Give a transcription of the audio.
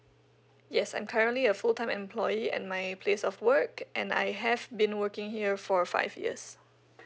yes I'm currently a full time employee at my place of work and I have been working here for five years